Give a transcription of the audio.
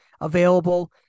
available